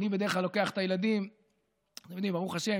אני בדרך כלל לוקח את הילדים,